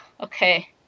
okay